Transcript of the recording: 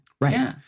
Right